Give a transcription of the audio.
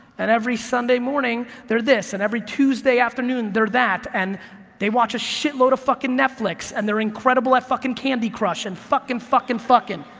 and every sunday morning they're this and every tuesday afternoon they're that, and they watch a shit-load of fucking netflix and they're incredible at fucking candy crush and fucking, fucking, fucking.